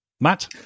Matt